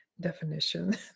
definition